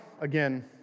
again